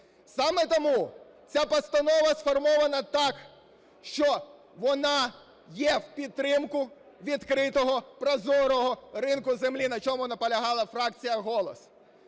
Саме тому ця постанова сформована так, що вона є у підтримку відкритого прозорого ринку землі, на чому наполягала фракція "Голос".